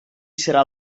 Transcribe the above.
serà